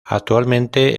actualmente